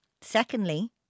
Secondly